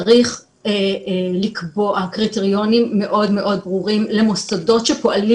צריך לקבוע קריטריונים מאוד מאוד ברורים למוסדות שפועלים